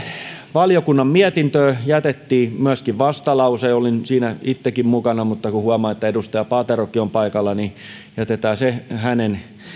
valiokunnan mietintöön jätettiin myöskin vastalause olin siinä itsekin mukana mutta kun huomaan että edustaja paaterokin on paikalla niin jätetään se hänen